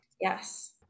yes